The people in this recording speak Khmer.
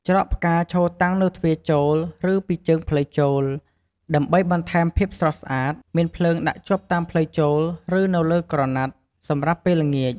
ច្រកផ្កាឈរ តាំងនៅទ្វារចូលឬពីរជើងផ្លូវចូល ដើម្បីបន្ថែមភាពស្រស់ស្អាត មានភ្លើងដាក់ជាប់តាមផ្លូវចូលឬនៅលើក្រណាត់ សម្រាប់ពេលល្ញាច។